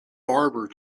barber